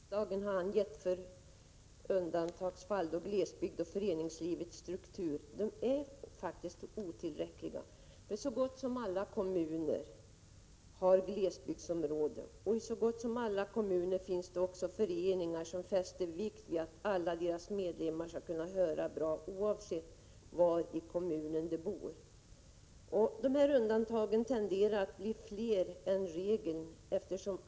Fru talman! De två kriterier som riksdagen har angett för undantagsfall — det gäller alltså glesbygden och föreningslivets struktur — är faktiskt otillräckliga. Så gott som alla kommuner har glesbygdsområden, och i så gott som alla kommuner finns det föreningar som fäster vikt vid att alla deras medlemmar skall kunna höra bra, oavsett var i kommunen de bor. De här undantagen tenderar att bli fler än regeln säger.